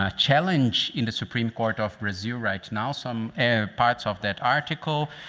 ah challenged in the supreme court of brazil right now. some parts of that article.